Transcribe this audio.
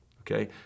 okay